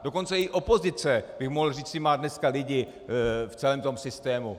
Dokonce i opozice, bych mohl říci, má dneska lidi v celém tom systému.